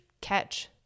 catch